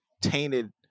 tainted